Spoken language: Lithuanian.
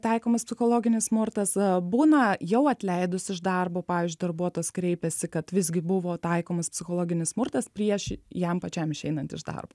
taikomas psichologinis smurtas būna jau atleidus iš darbo pavyzdžiui darbuotojas kreipiasi kad visgi buvo taikomas psichologinis smurtas prieš jam pačiam išeinant iš darbo